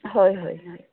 হয় হয় হয়